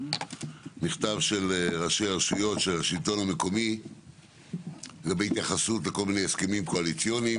מכתב של השלטון המקומי בהתייחסות לכל מיני הסכמים קואליציוניים